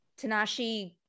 Tanashi